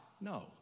No